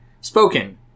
Spoken